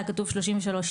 היה כתוב 33(2),